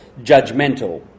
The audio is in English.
judgmental